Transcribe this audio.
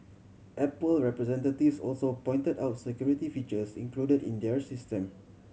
apple representatives also pointed out security features included in their system